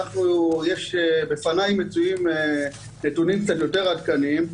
בפניי מצויים נתונים קצת יותר עדכניים.